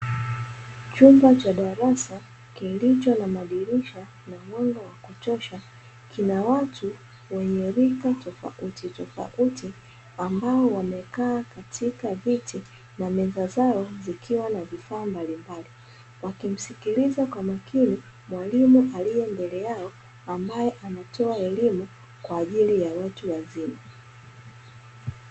Chumba cha darasa kilicho na madirisha kina